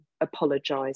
apologise